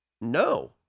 no